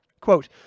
Quote